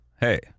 hey